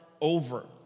over